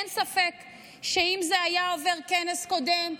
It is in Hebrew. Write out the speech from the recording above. אין ספק שאם זה היה עובר בכנס הקודם,